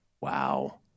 Wow